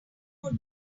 more